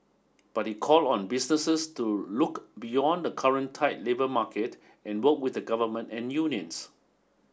but he called on businesses to look beyond the current tight labour market and work with the government and unions